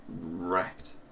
wrecked